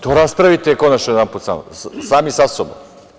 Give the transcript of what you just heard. To raspravite konačno jedanput sami sa sobom.